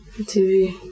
TV